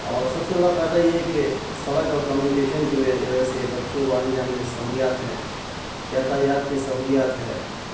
اور سب سے بڑا فائدہ یہ ہے کہ سڑک اور کمیونیکیشن کے وجہ وجہ سے بچوں کو آنے جانے میں سہولیات ہیں یاتایات کی سہولیات ہے